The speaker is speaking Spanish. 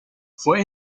fue